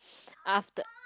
after